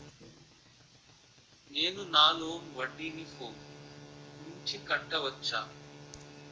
నేను నా లోన్ వడ్డీని ఫోన్ నుంచి కట్టవచ్చా?